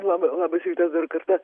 laba labas rytas dar kartą